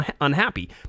unhappy